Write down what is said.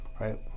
right